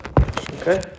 Okay